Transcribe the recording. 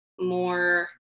more